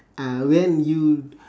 uh when you